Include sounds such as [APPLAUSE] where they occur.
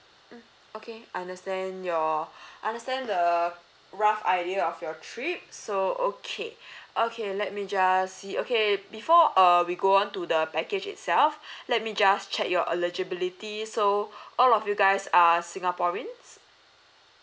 mm okay understand your [BREATH] understand the rough idea of your trip so okay [BREATH] okay let me just see okay before err we go on to the package itself [BREATH] let me just check your eligibility so [BREATH] all of you guys are singaporeans